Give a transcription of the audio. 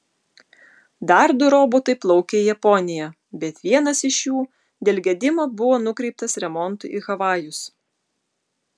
dar du robotai plaukė į japoniją bet vienas iš jų dėl gedimo buvo nukreiptas remontui į havajus